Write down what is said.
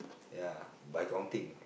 ya by counting